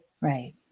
Right